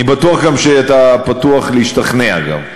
אני בטוח גם שאתה פתוח להשתכנע, אגב.